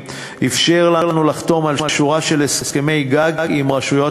אפשרה לנו לחתום על שורה של הסכמי-גג עם רשויות